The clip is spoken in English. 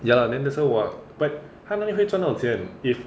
ya lah then there's why 我 but 他那边赚多少钱 if